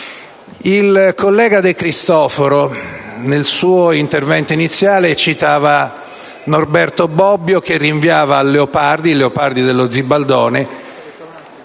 Il collega De Cristofaro nel suo intervento iniziale citava Norberto Bobbio, che rinviava al Leopardi dello «Zibaldone»,